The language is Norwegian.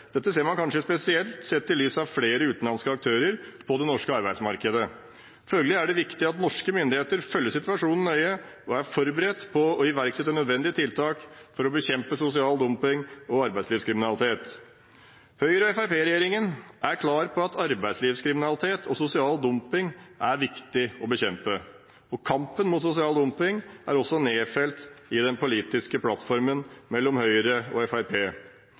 Dette viser seg kanskje spesielt sett i lys av flere utenlandske aktører på det norske arbeidsmarkedet. Følgelig er det viktig at norske myndigheter følger situasjonen nøye og er forberedt på å iverksette nødvendige tiltak for å bekjempe sosial dumping og arbeidslivskriminalitet. Høyre–Fremskrittsparti-regjeringen er klar på at arbeidslivskriminalitet og sosial dumping er viktig å bekjempe. Kampen mot sosial dumping er også nedfelt i den politiske plattformen mellom Høyre og